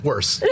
Worse